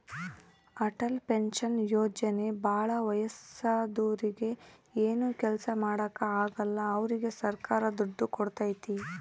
Atal pension ಯೋಜನೆ ಭಾಳ ವಯಸ್ಸಾದೂರಿಗೆ ಏನು ಕೆಲ್ಸ ಮಾಡಾಕ ಆಗಲ್ಲ ಅವ್ರಿಗೆ ಸರ್ಕಾರ ದುಡ್ಡು ಕೋಡ್ತೈತಿ